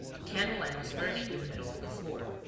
a candle-end was burning in the middle of the floor.